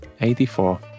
84